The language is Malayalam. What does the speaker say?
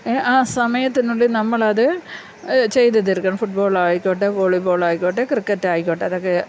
ആ സമയത്തിനുള്ളിൽ നമ്മൾ അത് ചെയ്തു തീർക്കണം ഫുട്ബോൾ ആയിക്കോട്ടെ വോളിബോള ആയിക്കോട്ടെ ക്രിക്കറ്റ് ആയിക്കോട്ടെ അതൊക്കെ